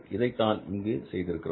இதைத்தான் இங்கு செய்திருக்கிறோம்